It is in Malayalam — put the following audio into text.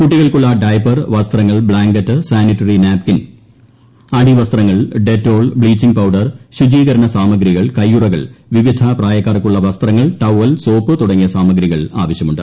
കൂട്ടികൾക്കുള്ളൂ ്യേയപ്പ്ർ വസ്ത്രങ്ങൾ ബ്ലാങ്കറ്റ് സാനിറ്ററി നാപ്കിൻ അടിവസ്ത്രങ്ങൾ പ്ലീസ്റ്റോൾ ബ്ലീച്ചിംഗ് പൌഡർ ശുചീകരണ സാമഗ്രികൾ കൈയ്യുറകൾ വിവിധ പ്രായക്കാർക്കുള്ള വസ്ത്രങ്ങൾ ടൌവ്വൽ സോപ്പ് തുടങ്ങീയ്ക്ക്സാമഗ്രികൾ ആവശ്യമുണ്ട്